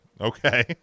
Okay